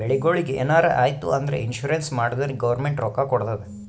ಬೆಳಿಗೊಳಿಗ್ ಎನಾರೇ ಆಯ್ತು ಅಂದುರ್ ಇನ್ಸೂರೆನ್ಸ್ ಮಾಡ್ದೊರಿಗ್ ಗೌರ್ಮೆಂಟ್ ರೊಕ್ಕಾ ಕೊಡ್ತುದ್